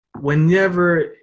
whenever